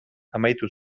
amaitu